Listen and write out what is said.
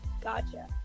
Gotcha